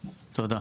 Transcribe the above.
תודה.